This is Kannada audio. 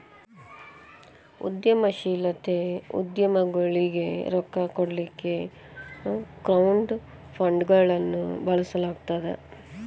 ಉದ್ಯಮಶೇಲತೆ ಉದ್ಯಮಗೊಳಿಗೆ ರೊಕ್ಕಾ ಕೊಡ್ಲಿಕ್ಕೆ ಕ್ರೌಡ್ ಫಂಡ್ಗಳನ್ನ ಬಳಸ್ಲಾಗ್ತದ